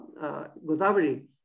Godavari